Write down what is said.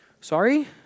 Sorry